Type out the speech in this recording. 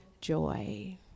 joy